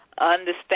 understand